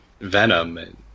venom